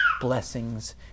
blessings